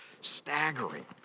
staggering